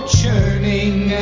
churning